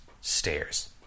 stairs